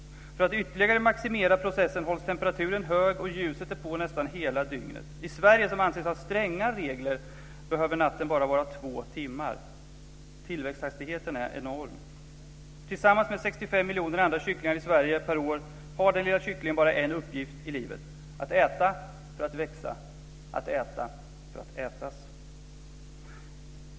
För att ytterligare maximera processen hålls temperaturen hög, och ljuset är på nästan hela dygnet. I Sverige, som anses ha stränga regler, behöver natten bara vara två timmar. Tillväxthastigheten är enorm. Tillsammans med 65 miljoner andra kycklingar i Sverige per år har den lilla kycklingen bara en uppgift i livet: att äta för att växa, att äta för att ätas.